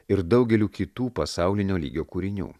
ir daugeliu kitų pasaulinio lygio kūrinių